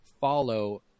follow